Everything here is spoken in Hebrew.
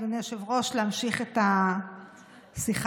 אדוני היושב-ראש, מדינת ישראל